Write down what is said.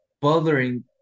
bothering